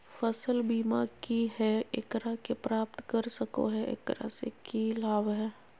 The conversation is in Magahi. फसल बीमा की है, एकरा के प्राप्त कर सको है, एकरा से की लाभ है?